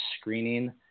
screening